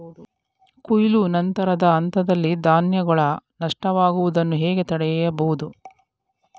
ಕೊಯ್ಲು ನಂತರದ ಹಂತದಲ್ಲಿ ಧಾನ್ಯಗಳ ನಷ್ಟವಾಗುವುದನ್ನು ಹೇಗೆ ತಡೆಯಬಹುದು?